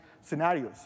scenarios